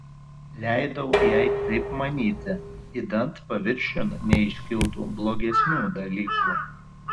leidau jai taip manyti idant paviršiun neiškiltų blogesnių dalykų